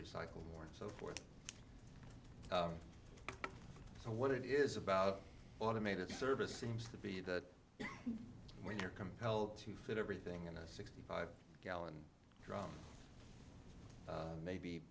recycle more and so forth so what it is about automated service seems to be that when you're compelled to fit everything in a sixty five gallon drum maybe